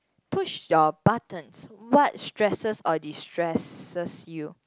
push your buttons what stresses or destresses you